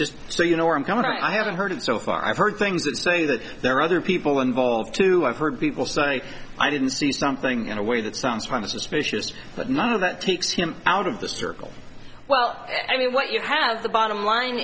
just so you know where i'm going i haven't heard him so far i've heard things that say that there are other people involved too i've heard people say i didn't see something in a way that sounds from suspicious but none of that takes him out of the circle well i mean what you have the bottom line